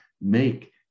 make